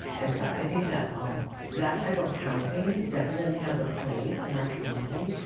and so i think that um that type of housing definitely has a place in our community.